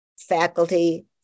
faculty